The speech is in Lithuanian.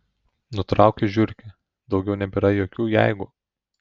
nutraukė žiurkė daugiau nebėra jokių jeigu